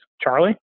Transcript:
Charlie